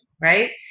right